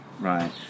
right